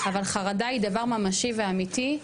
אבל חרדה היא דבר ממשי ואמיתי,